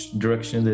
direction